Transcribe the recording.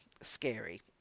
scary